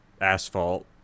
asphalt